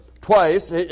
twice